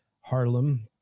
Harlem